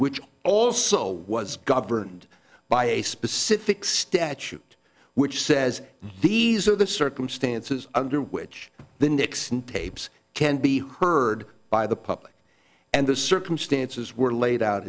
which also was governed by a specific statute which says these are the circumstances under which the nixon tapes can be heard by the public and the circumstances were laid out